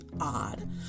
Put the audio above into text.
odd